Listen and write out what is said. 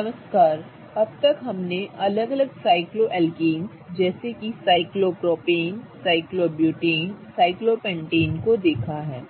नमस्कार अब तक हमने अलग अलग साइक्लोएल्केनस जैसे कि साइक्लोप्रोपेन साइक्लोब्यूटेन साइक्लोपेंटेन को देखा है